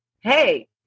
Hey